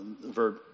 verb